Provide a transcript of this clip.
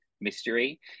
mystery